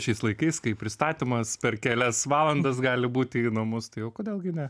šiais laikais kai pristatymas per kelias valandas gali būti į namus tai o kodėl gi ne